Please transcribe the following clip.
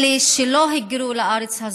אלה שלא היגרו לארץ הזאת,